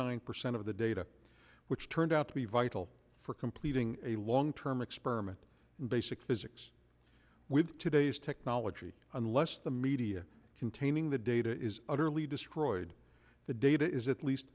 nine percent of the data which turned out to be vital for completing a long term experiment in basic physics with today's technology unless the media containing the data is utterly destroyed the data is at least